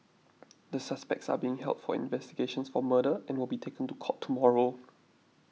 the suspects are being held for investigations for murder and will be taken to court tomorrow